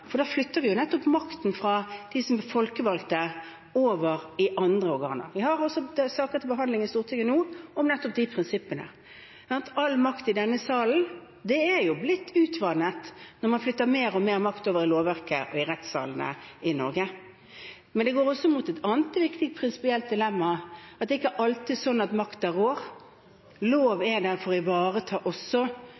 for nettopp da flytter vi makten fra dem som er folkevalgte, over i andre organer. Vi har også saker til behandling i Stortinget nå om nettopp de prinsippene. «All makt i denne sal» er blitt utvannet når man flytter mer og mer makt over til lovverket og rettssalene i Norge. Det går også mot et annet viktig prinsipielt dilemma, at det ikke alltid er sånn at makten rår.